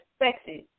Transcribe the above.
expected